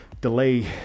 delay